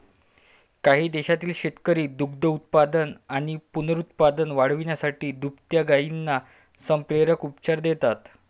काही देशांतील शेतकरी दुग्धोत्पादन आणि पुनरुत्पादन वाढवण्यासाठी दुभत्या गायींना संप्रेरक उपचार देतात